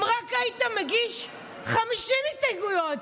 אם רק היית מגיש 50 הסתייגויות,